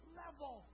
level